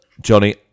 Johnny